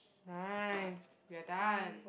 nice we are done